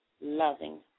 loving